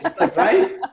right